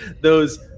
Those-